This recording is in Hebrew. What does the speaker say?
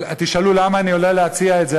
ותשאלו למה אני עולה להציע את זה,